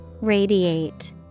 Radiate